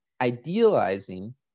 idealizing